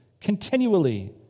Continually